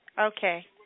Okay